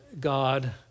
God